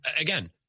again